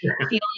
feeling